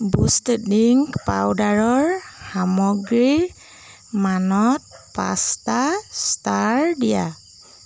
Boost drink পাউদাৰৰ সামগ্ৰীৰ মানত পাঁচটা ষ্টাৰ দিয়া